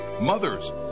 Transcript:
mothers